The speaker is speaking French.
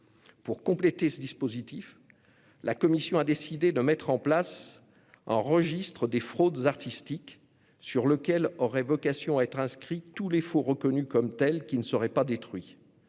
Pour compléter ce dispositif, la commission a décidé de mettre en place un registre des fraudes artistiques, sur lequel auraient vocation à être inscrits tous les faux reconnus comme tels qui ne seraient pas détruits.